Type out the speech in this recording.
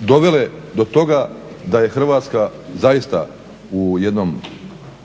dovele do toga da je Hrvatska zaista u jednom